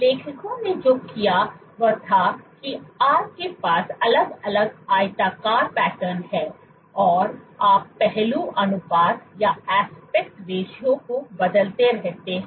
लेखकों ने जो किया वह था कि आपके पास अलग अलग आयताकार पैटर्न है और आप पहलू अनुपात को बदलते रहते हैं